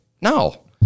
No